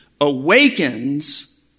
awakens